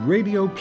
Radio